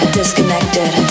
disconnected